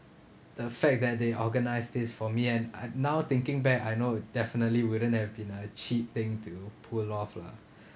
the fact that they organise this for me and I now thinking back I know definitely wouldn't have been a cheap thing to pull off lah